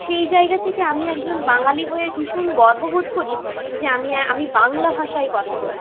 সেই জায়গা থেকে আমি একজন বাঙালি হয়ে ভীষণ গর্ববোধ করি যে আমি আমি বাংলা ভাষায় কথা বলি